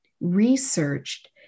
researched